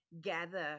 gather